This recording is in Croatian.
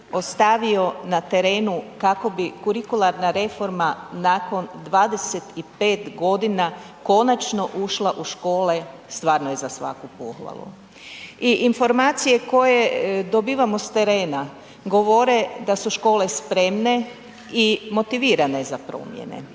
ostavio na terenu kako bi kurikularna reforma nakon 25.g. konačno ušla u škole stvarno je za svaku pohvalu i informacije koje dobivamo s terena govore da su škole spremne i motivirane za promjene.